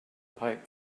pipe